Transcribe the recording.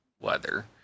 weather